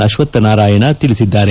ಅಶ್ವತ್ತ ನಾರಾಯಣ ತಿಳಿಸಿದ್ದಾರೆ